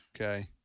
Okay